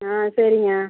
ஆ சரிங்க